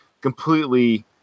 completely